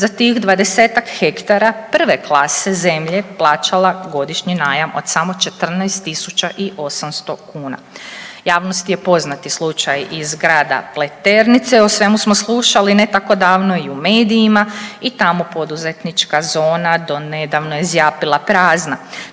za tih 20-tak hektara prve klase zemlje plaćala godišnji najam od samo 14.800 kuna. Javnosti je poznati slučaj iz grada Pleternice, o svemu smo slušali ne tako davno i u medijima i tamo poduzetnička zona do nedavno je zjapila prazna.